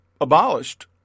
abolished